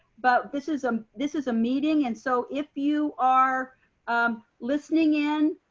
but this is um this is a meeting, and so if you are um listening in,